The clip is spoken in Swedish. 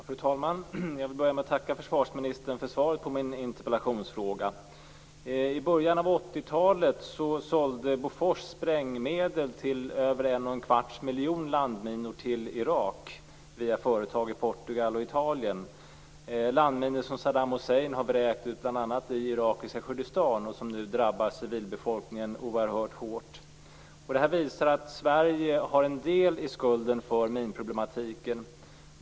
Fru talman! Jag vill börja med att tacka försvarsministern för svaret på min interpellation. I början av 80-talet sålde Bofors sprängmedel för över en och en kvarts miljon landminor till Irak via företag i Portugal och Italien. Dessa landminor, som Saddam Hussein bl.a. vräkt ut i irakiska Kurdistan, drabbar nu civilbefolkningen oerhört hårt. Det här visar att Sverige har en del i skulden för minproblematiken.